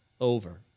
over